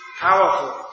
powerful